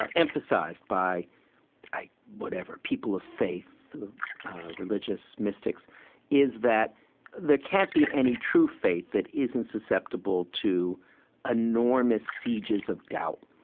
ah emphasized by whatever people of faith or religious mystics is that there can't be any true faith that isn't susceptible to enormous sieges of doubt.